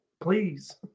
Please